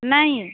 नहीं